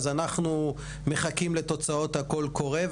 אז אנחנו מחכים לתוצאות הקול קורא.